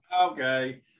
Okay